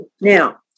Now